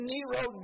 Nero